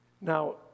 Now